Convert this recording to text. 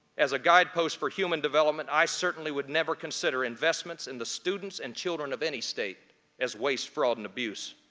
as a guidepost for human development, i certainly would never consider investments in the students and children of any state as waste, fraud, and abuse.